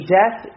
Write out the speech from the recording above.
death